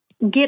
get